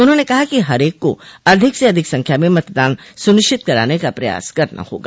उन्होंने कहा कि हर एक को अधिक से अधिक संख्या में मतदान सुनिश्चित कराने का प्रयास करना होगा